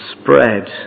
spread